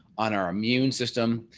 on our immune system.